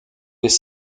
des